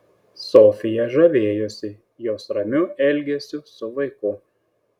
sofija žavėjosi jos ramiu elgesiu su vaiku